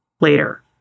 later